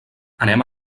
anem